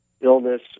illness